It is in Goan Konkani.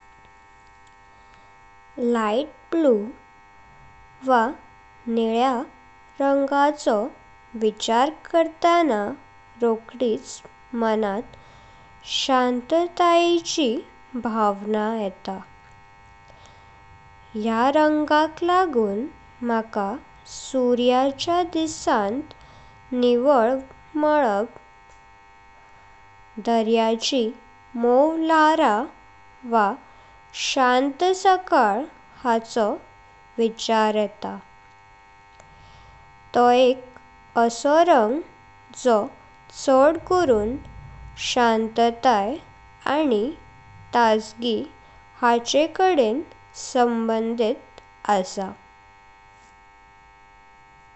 लाइट ब्लू वा निळ्या रंगाचो विचार करता ना रोकडिच मनाथ शांततेयचि भावना येता। ह्या रंगाक लागत म्हाका का सूर्याच दिसांत निवळ मलाब दर्याचि मोव ल्हार वा शांत सकाळ हाचो विचार येता। तो एक असो रंग जो चढ करून शांतताय आनी ताजगी हाचेकडेन संबंधित असा।